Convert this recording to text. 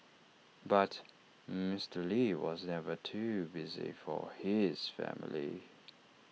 but Mister lee was never too busy for his family